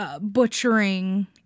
Butchering